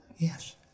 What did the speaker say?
Yes